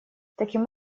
таким